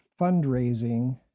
fundraising